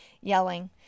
yelling